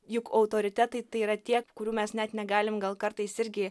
juk autoritetai tai yra tie kurių mes net negalim gal kartais irgi